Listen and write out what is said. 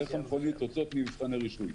איך מכונית יוצאת ממבחני רישוי.